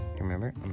remember